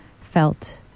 felt